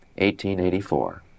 1884